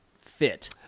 fit